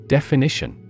Definition